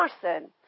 person